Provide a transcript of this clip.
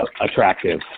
attractive